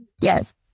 Yes